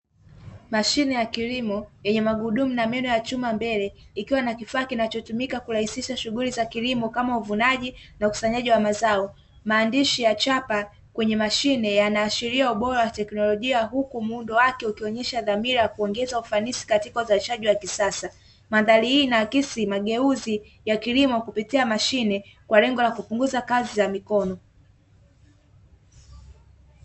Mashine ya kilimo yenye magurudumu na meno ya chuma mbele, ikiwa na kifaa kinachotumika kurahisisha shughuli za kilimo kama uvunaji na ukusanyaji wa mazao. Maandishi ya chapa kwenye mashine yanaashiria ubora wa teknolojia, huku muundo wake ukionesha dhamira ya kuongeza ufanisi katika uzalishaji wa kisasa. Mandhari hii inaakisi mageuzi ya kilimo kupitia mashine kwa lengo la kupunguza kazi za mikono.